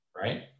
right